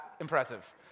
impressive